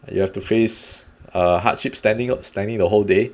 you have to face err hardship standing standing the whole day